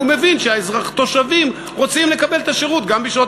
והוא מבין שהתושבים רוצים לקבל את השירות גם בשעות